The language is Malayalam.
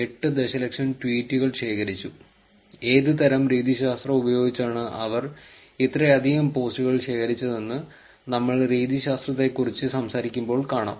8 ദശലക്ഷം ട്വീറ്റുകൾ ശേഖരിച്ചു ഏതുതരം രീതിശാസ്ത്രം ഉപയോഗിച്ചാണ് അവർ ഇത്രയധികം പോസ്റ്റുകൾ ശേഖരിച്ചതെന്ന് നമ്മൾ രീതിശാസ്ത്രത്തെക്കുറിച്ചു സംസാരിക്കുമ്പോൾ കാണാം